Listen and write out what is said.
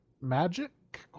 magic